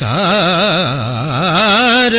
aa